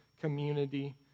community